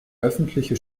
öffentliche